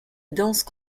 danse